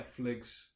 Netflix